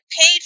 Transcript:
paid